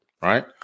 right